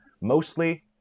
mostly